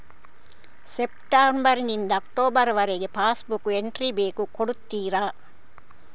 September ನಿಂದ October ವರಗೆ passbook entry ಬೇಕು ಕೊಡುತ್ತೀರಾ?